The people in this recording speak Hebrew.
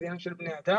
זה עניין של בני אדם.